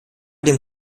dem